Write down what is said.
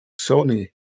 Sony